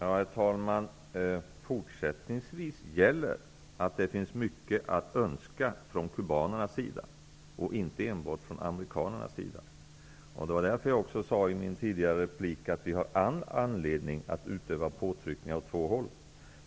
Herr talman! Fortsättningsvis gäller att det finns mycket att önska från kubanernas sida och inte enbart från amerikanernas sida. Det var därför jag också sade i min tidigare replik att vi har all anledning att utöva påtryckningar åt två håll.